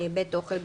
בית אוכל,